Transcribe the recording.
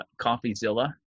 CoffeeZilla